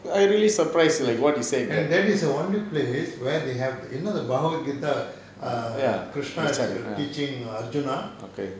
and that is the only place where they have you know the bagavath geetha err krishna's teaching arjuna